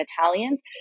Italians